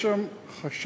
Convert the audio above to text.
יש שם חשש,